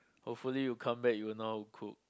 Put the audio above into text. hopefully you come back you will know cook